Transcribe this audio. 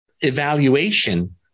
evaluation